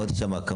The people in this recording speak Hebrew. מוטי שמקה.